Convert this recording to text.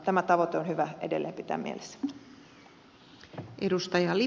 tämä tavoite on hyvä edelleen pitää mielessä